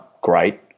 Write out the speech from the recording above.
Great